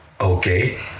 okay